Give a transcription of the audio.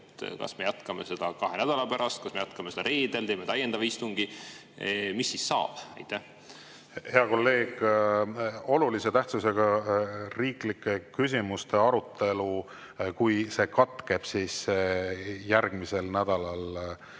Kas me jätkame seda kahe nädala pärast, kas me jätkame seda reedel, teeme täiendava istungi? Mis siis saab? Hea kolleeg, kui olulise tähtsusega riikliku küsimuse arutelu katkeb, siis järgmisel nädalal